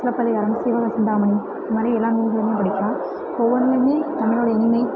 சிலப்பதிகாரம் சீவகசிந்தாமணி இந்தமாரி எல்லா நூல்களையுமே படிக்கணும் ஒவ்வொன்னியுமே தமிழோட இனிமை